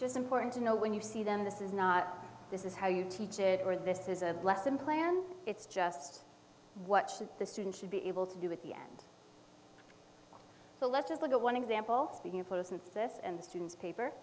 just important to know when you see them this is not this is how you teach it or this is a lesson plan it's just what should the students should be able to do with the end so let's just look at one example speaking for us and this and the students paper